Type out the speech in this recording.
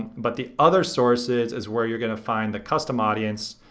but the other sources is where you're gonna find the custom audience.